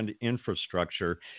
infrastructure